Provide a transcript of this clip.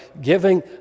giving